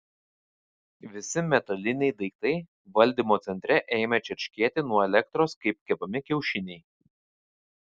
visi metaliniai daiktai valdymo centre ėmė čirškėti nuo elektros kaip kepami kiaušiniai